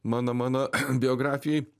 mano mano biografijoj